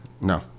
no